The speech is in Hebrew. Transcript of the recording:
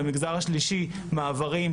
למגזר השלישי - מעברים,